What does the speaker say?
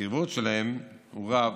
הוא רב.